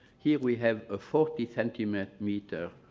here we have a forty centimeter